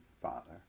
Father